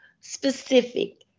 Specific